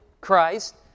Christ